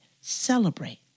Celebrate